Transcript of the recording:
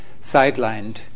sidelined